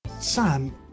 Sam